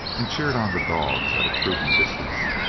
and cheered on the dogs at a prudent distance,